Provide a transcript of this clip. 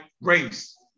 race